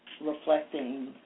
reflecting